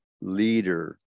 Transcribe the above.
leader